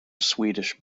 swedish